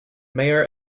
mayor